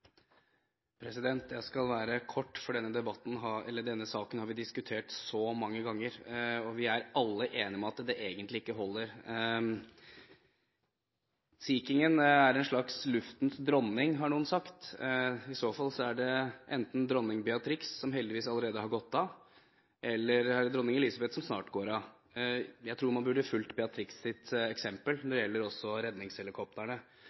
Jeg skal være kort, for denne saken har vi diskutert så mange ganger, og vi er alle enige om at det egentlig ikke holder. Sea King er en slags «luftens dronning», har noen sagt. I så fall er det enten dronning Beatrix, som heldigvis allerede går av, eller dronning Elizabeth, som snart går av. Jeg tror man burde fulgt Beatrix’ eksempel også når det gjelder redningshelikoptrene,